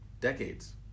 decades